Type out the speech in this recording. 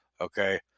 Okay